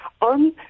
on